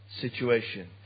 situation